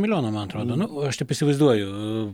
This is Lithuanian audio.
milijoną man atrodo nu aš taip įsivaizduoju